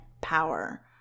power